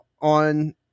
on